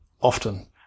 often